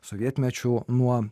sovietmečiu nuo